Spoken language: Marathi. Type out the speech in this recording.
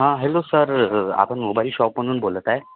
हा हॅलो सर आपण मोबाईल शॉपमधून बोलत आहे